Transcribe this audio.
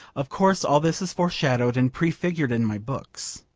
of course all this is foreshadowed and prefigured in my books.